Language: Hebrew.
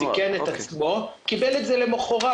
סיכן את עצמו וקיבל את זה למחרת.